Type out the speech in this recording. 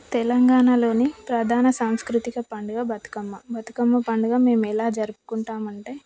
తెలంగాణలోని ప్రధాన సాంస్కృతిక పండుగ బతుకమ్మ బతుకమ్మ పండుగ మేము ఎలా జరుపుకుంటాం అంటే